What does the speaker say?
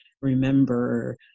remember